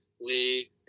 Lee